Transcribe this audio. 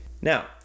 Now